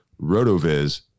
RotoViz